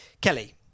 Kelly